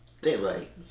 daylight